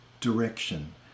direction